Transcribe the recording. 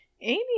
Amy